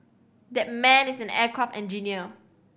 that man is an aircraft engineer